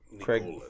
Craig